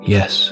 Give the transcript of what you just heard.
Yes